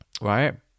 Right